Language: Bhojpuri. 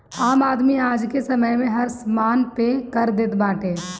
आम आदमी आजके समय में हर समान पे कर देत बाटे